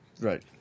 right